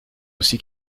aussi